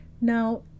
now